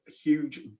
huge